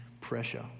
pressure